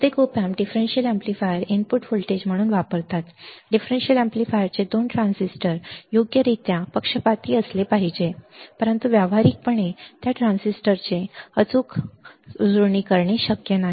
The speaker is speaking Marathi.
बहुतेक op amps differential amplifier input voltage म्हणून वापरतात डिफरेंशियल एम्पलीफायरचे 2 ट्रान्झिस्टर योग्यरित्या पक्षपाती असले पाहिजेत परंतु व्यावहारिकपणे त्या ट्रान्झिस्टरची अचूक जुळणी करणे शक्य नाही